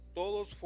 todos